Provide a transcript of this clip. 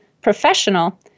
professional